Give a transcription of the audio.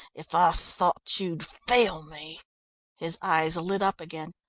if i thought you'd fail me his eyes lit up again.